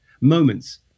moments